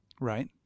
Right